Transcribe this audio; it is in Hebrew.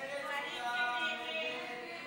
ההסתייגות (34) של קבוצת סיעת המחנה הציוני,